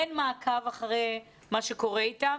אין מעקב אחרי מה שקורה איתם.